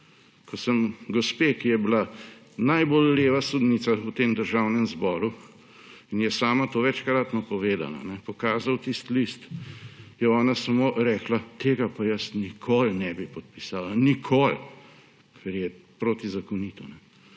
ko sem gospe, ki je bila najbolj leva sodnica v tem državnem zboru in je sama to večkrat povedala, pokazal tisti list. Ona je samo rekla – tega pa jaz nikoli ne bi podpisala, nikoli, ker je protizakonito.